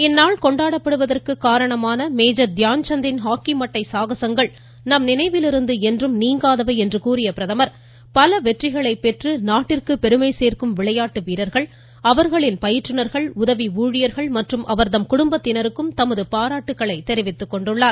இந்நாள் கொண்டாடப்படுவதற்கு காரணமான மேஜர் தியான்சந்தின் ஹாக்கி மட்டை சாகசங்கள் நம் நினைவிலிருந்து என்றும் நீங்காதவை என்று கூறிய அவர் பல வெற்றிகளை பெற்று நாட்டிற்கு பெருமை சேர்க்கும் விளையாட்டு வீரர்கள் அவர்களின் பயிற்றுநர்கள் உதவி ஊழியர்கள் மற்றும் அவர்தம் குடும்பத்தினருக்கும் தமது பாராட்டுகளை அவர் தெரிவித்துக் கொண்டுள்ளார்